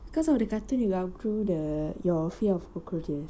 because of the cartoon you outgrew the your fear of cockroaches